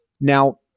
Now